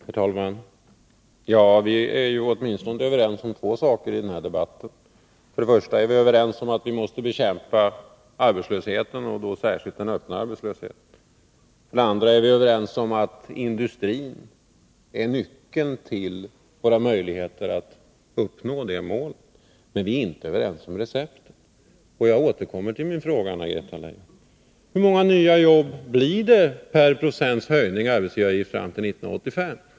Herr talman! Vi är åtminstone överens om två saker i den här debatten. För det första är vi överens om att vi måste bekämpa arbetslösheten och särskilt den öppna arbetslösheten. För det andra är vi överens om att industrin är nyckeln till våra möjligheter att uppnå det målet. Men vi är inte överens om receptet. Och jag återkommer till frågan: Hur många nya jobb blir det per procents höjning av arbetsgivaravgiften fram till 1985?